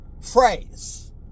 phrase